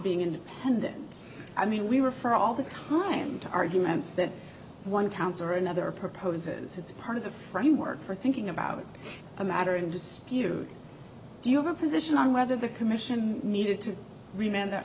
being independent i mean we were for all the time to arguments that one council or another proposes it's part of the framework for thinking about a matter in dispute or do you have a position on whether the commission needed to rem